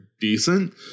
decent